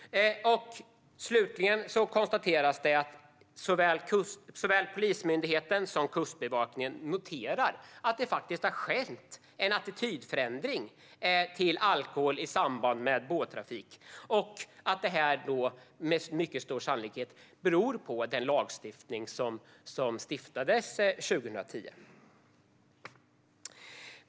Slutligen noterar såväl Polismyndigheten som Kustbevakningen att det faktiskt har skett en attitydförändring till alkohol i samband med båttrafik och att det med mycket stor sannolikhet beror på den lag som stiftades 2010.